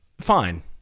Fine